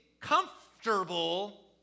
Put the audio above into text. comfortable